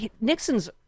Nixon's